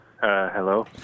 Hello